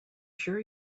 sure